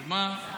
אז מה?